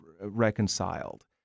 reconciled